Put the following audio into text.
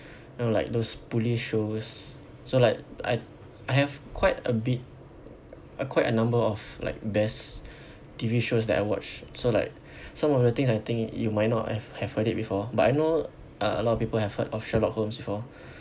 know like those police shows so like I I have quite a bit uh quite a number of like best T_V shows that I watch so like some of the things I think you might not have have heard it before but I know uh a lot of people have heard of sherlock holmes before